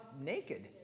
naked